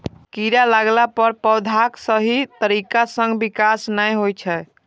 कीड़ा लगला पर पौधाक सही तरीका सं विकास नै होइ छै